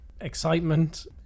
excitement